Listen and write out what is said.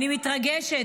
אני מתרגשת,